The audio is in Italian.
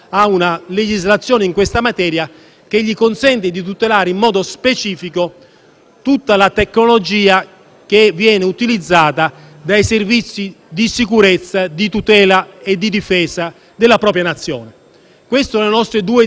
che le consente di tutelare in modo specifico tutta la tecnologia utilizzata dai servizi di sicurezza, di tutela e di difesa della propria Nazione. Queste sono le nostre due direttrici emendative che